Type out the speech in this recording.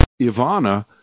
Ivana